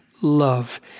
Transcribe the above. love